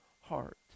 heart